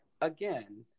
again